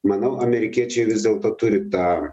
manau amerikiečiai vis dėlto turi tą